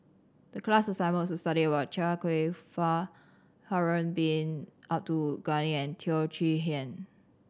the class assignment was to study about Chia Kwek Fah Harun Bin Abdul Ghani and Teo Chee Hean